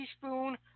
teaspoon